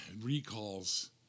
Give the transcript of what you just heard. recalls